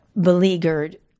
beleaguered